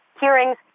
hearings